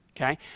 okay